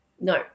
no